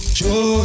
show